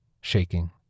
shaking